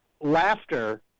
Laughter